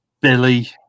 Billy